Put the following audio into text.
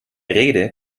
rede